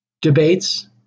debates